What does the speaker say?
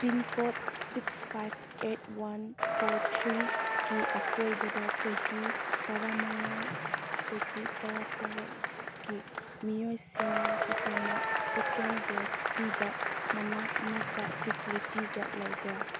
pincode six five eight one four ꯊ꯭ꯔꯤꯒꯤ ꯑꯀꯣꯏꯕꯗ ꯆꯍꯤ ꯇꯔꯥꯃꯉꯥꯗꯒꯤ ꯇꯔꯥꯇꯔꯦꯠꯀꯤ ꯃꯤꯑꯣꯏꯁꯤꯡꯒꯤꯗꯃꯛ ꯁꯦꯀꯦꯟ ꯗꯣꯁ ꯄꯤꯕ ꯃꯅꯥꯛ ꯅꯛꯄ ꯐꯦꯁꯤꯂꯤꯇꯤꯒ ꯂꯩꯕ꯭ꯔꯥ